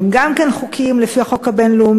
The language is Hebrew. הם גם כן חוקיים לפי החוק הבין-לאומי.